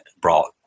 brought